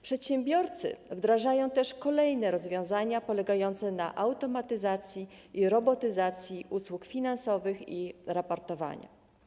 Przedsiębiorcy wdrażają też kolejne rozwiązania polegające na automatyzacji i robotyzacji usług finansowych i raportowania.